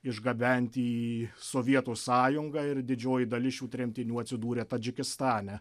išgabenti į sovietų sąjungą ir didžioji dalis šių tremtinių atsidūrė tadžikistane